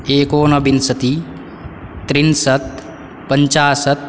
एकोनविंशति त्रिंसत् पञ्चाशत्